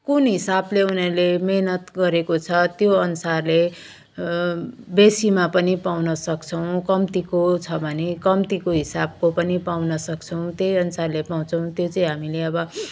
कुन हिसाबले उनीहरूले मेहनत गरेको छ त्योअनुसारले बेसीमा पनि पाउन सक्छौँ कम्तीको छ भने कम्तीको हिसाबको पनि पाउन सक्छौँ त्यहीअनुसारले पाउँछौँ त्यो चाहिँ हामीले अब